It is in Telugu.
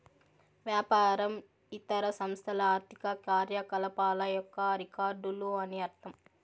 వ్యాపారం ఇతర సంస్థల ఆర్థిక కార్యకలాపాల యొక్క రికార్డులు అని అర్థం